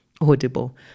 audible